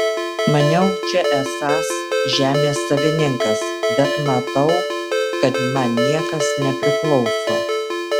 maniau čia esąs žemės savininkas bet matau kad man niekas nepriklauso